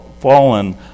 fallen